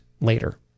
later